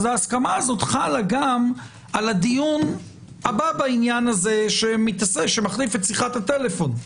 ההסכמה הזאת חלה גם על הדיון הבא בעניין הזה שמחליף את שיחת הטלפון.